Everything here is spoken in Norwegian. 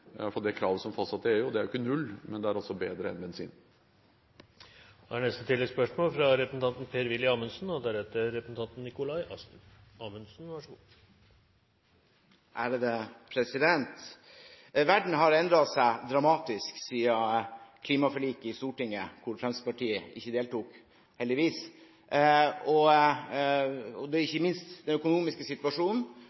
Det er i hvert fall det kravet som er fastsatt i EU. Det er jo ikke null, men det er altså bedre enn for bensin. Per-Willy Amundsen – til oppfølgingsspørsmål. Verden har endret seg dramatisk siden klimaforliket ble vedtatt i Stortinget – hvor Fremskrittspartiet ikke deltok, heldigvis